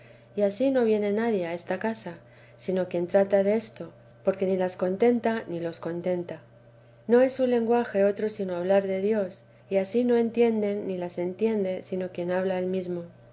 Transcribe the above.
y ansí no viene nadie a esta casa sino quien trata desto porque ni las contenta ni los contentan no es su lenguaje otro sino hablar de dios y ansí no entienden ni las entiende sino quien habla el mesmo